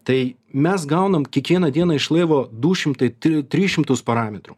tai mes gaunam kiekvieną dieną iš laivo du šimtai tri tris šimtus parametrų